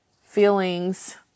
feelings